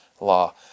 law